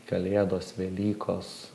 kalėdos velykos